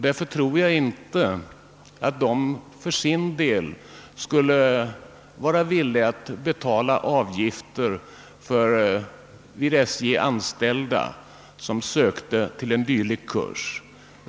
Därför tror jag inte att styrelsen för statens järnvägar för sin del skulle vara villig att betala avgifter för vid SJ anställda som sökte till en dylik kurs.